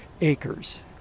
acres